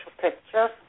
picture